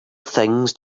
things